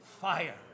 fire